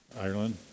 Ireland